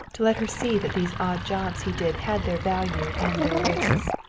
to let her see that these odd jobs he did had their value and their risks.